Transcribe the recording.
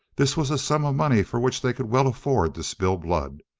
this was a sum of money for which they could well afford to spill blood.